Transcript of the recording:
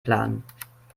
plan